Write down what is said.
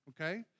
Okay